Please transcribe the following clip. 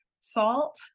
salt